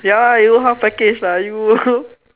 ya you don't half package lah you